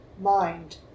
mind